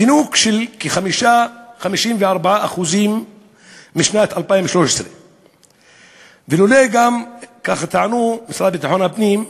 זינוק של כ-54% משנת 2013. לולא כך טענו במשרד לביטחון הפנים,